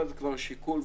זה שיקול,